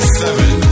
seven